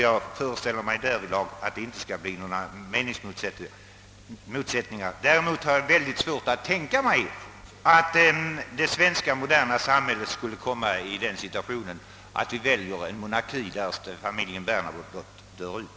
Jag föreställer mig att det därvidlag inte blir några meningsmotsättningar. Jag har emellertid mycket svårt att tänka mig att det moderna svenska samhället skulle välja monarki, därest familjen Bernadotte dör ut.